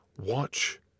Watch